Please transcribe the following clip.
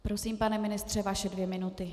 Prosím, pane ministře, vaše dvě minuty.